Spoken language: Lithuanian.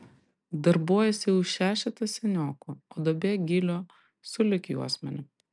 darbuojasi jau šešetas seniokų o duobė gylio jau sulig juosmeniu